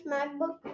MacBook